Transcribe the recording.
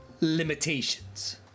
Limitations